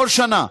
בכל שנה,